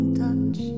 touch